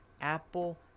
Apple